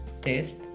test